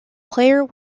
player